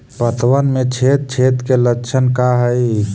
पतबन में छेद छेद के लक्षण का हइ?